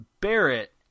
Barrett